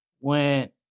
went